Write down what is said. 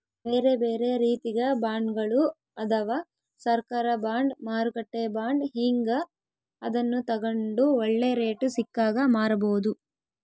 ಬೇರೆಬೇರೆ ರೀತಿಗ ಬಾಂಡ್ಗಳು ಅದವ, ಸರ್ಕಾರ ಬಾಂಡ್, ಮಾರುಕಟ್ಟೆ ಬಾಂಡ್ ಹೀಂಗ, ಅದನ್ನು ತಗಂಡು ಒಳ್ಳೆ ರೇಟು ಸಿಕ್ಕಾಗ ಮಾರಬೋದು